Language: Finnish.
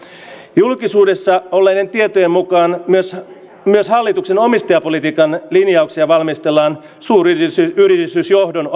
julkisuudessa olleiden tietojen mukaan myös hallituksen omistajapolitiikan linjauksia valmistellaan suuryritysjohdon